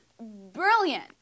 brilliant